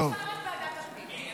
ועדת הפנים.